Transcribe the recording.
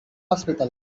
hospital